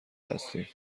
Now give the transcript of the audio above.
هستیم